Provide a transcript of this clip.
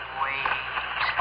wait